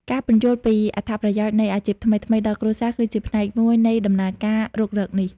ការពន្យល់ពីអត្ថប្រយោជន៍នៃអាជីពថ្មីៗដល់គ្រួសារ គឺជាផ្នែកមួយនៃដំណើរការរុករកនេះ។